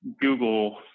Google